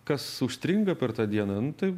kas užstringa per tą dieną nu tai